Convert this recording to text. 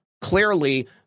Clearly